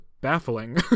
baffling